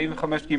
45(ג)